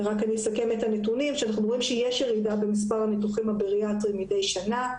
אנחנו רואים שיש ירידה במספר הניתוחים הבריאטריים מדי שנה.